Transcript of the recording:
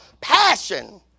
passion